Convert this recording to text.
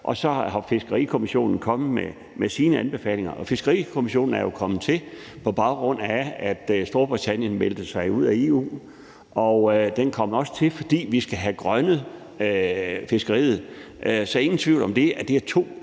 og så er Fiskerikommissionen kommet med deres anbefalinger. Fiskerikommissionen er jo kommet til på baggrund af, at Storbritannien meldte sig ud af EU, og den kom også til, fordi vi skal have grønnet fiskeriet. Så der er ikke nogen tvivl om, at det er to